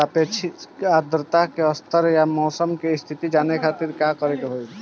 सापेक्षिक आद्रता के स्तर या मौसम के स्थिति जाने खातिर करे के होई?